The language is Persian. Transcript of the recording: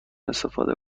استفاده